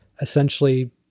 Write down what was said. essentially